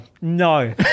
no